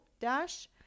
dash